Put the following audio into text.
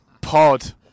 Pod